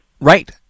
Right